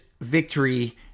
victory